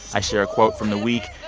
i share a quote from the week.